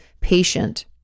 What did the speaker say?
patient